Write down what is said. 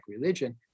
religion